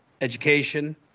education